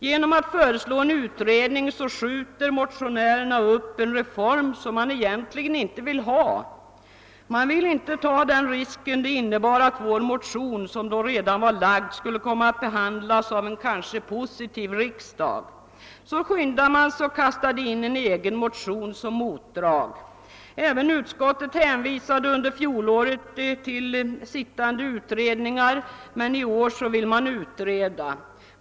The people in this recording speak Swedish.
Genom att föreslå en utredning skjuter motionärerna upp en reform som de egentligen inte vill ha; de ville inte ta risken att vår motion, som redan var väckt, skulle komma att behandlas av en kanske positiv riksdag. Därför skyndade man sig att kasta in en egen motion som motdrag. Även utskottet hänvisade under fjolåret till pågående utredningar, men i år vill man utreda.